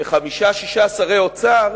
וחמישה-שישה שרי אוצר